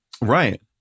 Right